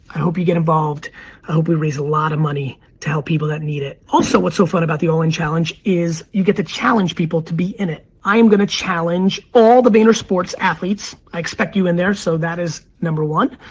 i hope you get involved, i hope we raise a lot of money to help people that need it. also, what's so fun about the all-in challenge, is you get to challenge people to be in it. i am gonna challenge all the vayner sports athletes, i expect you in there, so that is number one.